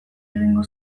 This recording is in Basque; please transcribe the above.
egingo